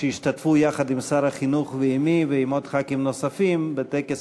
שהשתתפו יחד עם שר החינוך ועמי ועם עוד חברי כנסת בטקס